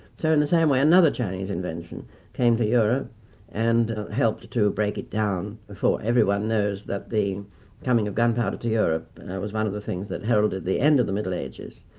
so in the same way another chinese invention came to europe and helped to break it down. everyone knows that the coming of gunpowder to europe was one of the things that heralded the end of the middle ages.